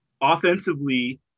Offensively